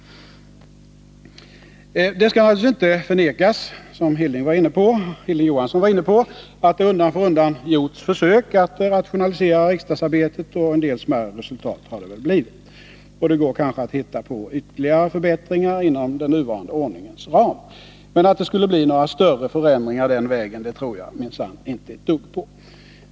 Det skall naturligtvis inte förnekas att det — vilket Hilding Johansson var inne på — undan för undan har gjorts försök att rationalisera riksdagsarbetet, och en del smärre resultat har det väl blivit. Och det går kanske att hitta på ytterligare förbättringar inom den nuvarande ordningens ram. Men att det den vägen skulle kunna bli några större förändringar tror jag inte ett dugg på.